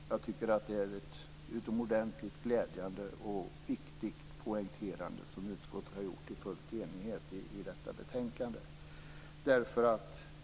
Jag tycker att det är ett utomordentligt glädjande och viktigt poängterande som utskottet har gjort, i full enighet, i detta betänkande.